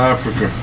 Africa